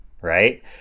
right